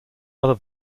other